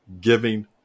giving